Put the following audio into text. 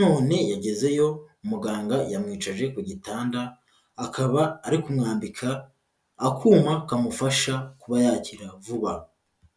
None yagezeyo muganga yamwicaje ku gitanda, akaba ari kumwambika akuma kamufasha kuba yakira vuba.